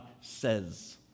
says